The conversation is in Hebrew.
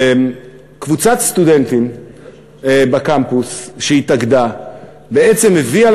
קבוצת סטודנטים שהתאגדה בקמפוס הביאה